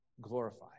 glorified